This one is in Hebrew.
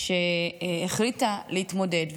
שהחליטה להתמודד,